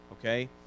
Okay